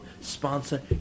sponsor